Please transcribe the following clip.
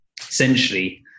essentially